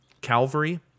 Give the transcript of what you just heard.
Calvary